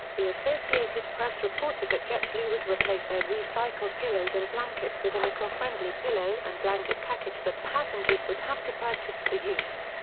the associated press reported that jetblue would replace their recycled pillows and blankets with an ecofriendly pillow and blanket package that passengers would have to purchase for use.